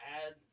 add